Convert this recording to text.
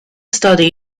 study